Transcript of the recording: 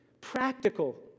practical